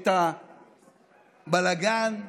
את הבלגן,